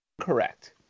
Correct